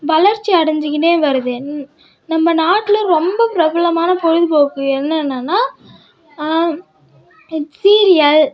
வளர்ச்சி அடஞ்சுக்கினே வருது நம்ம நாட்டில் ரொம்ப பிரபலமான பொழுதுபோக்கு என்னென்னனா சீரியல்